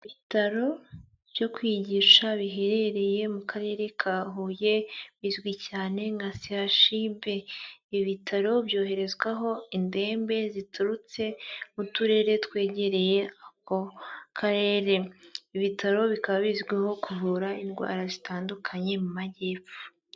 Ibitaro byo kwigisha biherereye mu Karere ka Huye, bizwi cyane nka CHUB, ibi bitaro byoherezwaho indembe ziturutse mu turere twegereye ako karere, ibitaro bikaba bizwiho kuvura indwara zitandukanye mu majyepfo.